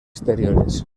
exteriores